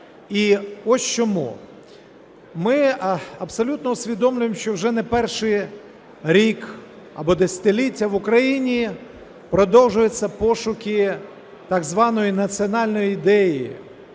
І ось чому? Ми абсолютно усвідомлюємо, що вже не перший рік або десятиліття в Україні продовжуються пошуки так званої національної ідеї